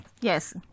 Yes